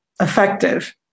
effective